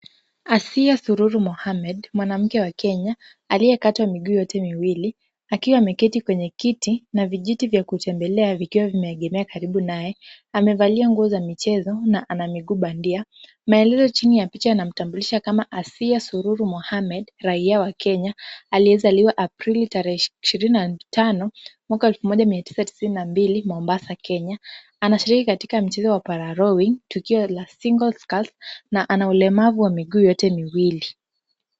Asiya Sururu Mohammed, mwanamke wa Kenya aliyekatwa miguu yote miwili akiwa ameketi kwenye kiti na vijiti vya kutembelea vikiwa vimeegemea karibu naye, amevalia nguo za michezo na ana miguu bandia. Maelezo chini ya picha inamtambulisha kama Asiya Sururu Mohammed raia wa Kenya aliyezaliwa Aprili tarehe ishirini na tano mwaka wa elfu moja mia tisa tisini na mbili, Mombasa Kenya anashiriki katika michezo wa Pararowing, tukio la Single Scull na ana ulemavu wa miguu yote miwili.